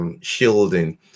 Shielding